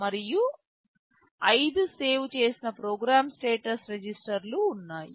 మరియు 5 సేవ్ చేసిన program status రిజిస్టర్లు ఉన్నాయి